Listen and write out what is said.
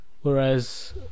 whereas